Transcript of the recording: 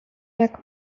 jak